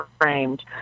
framed